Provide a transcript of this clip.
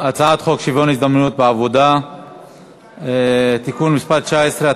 הצעת חוק שוויון ההזדמנויות בעבודה (תיקון מס' 19),